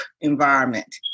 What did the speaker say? environment